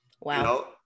Wow